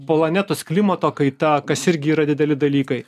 planetos klimato kaita kas irgi yra dideli dalykai